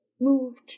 moved